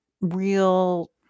real